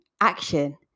action